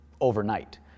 overnight